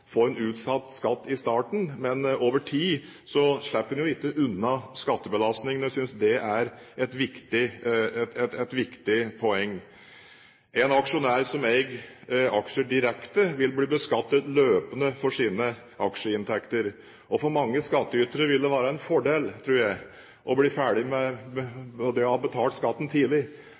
få en utsatt skatt i starten, men over tid slipper en jo ikke unna skattebelastningen. Jeg synes det er et viktig poeng. En aksjonær som eier aksjer direkte, vil bli beskattet løpende for sine aksjeinntekter. For mange skattytere vil det være en fordel, tror jeg, å bli ferdig med det å ha betalt skatten tidlig.